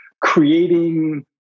creating